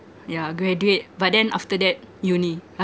yeah graduate but then after that uni ah